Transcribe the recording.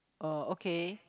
oh okay